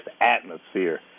atmosphere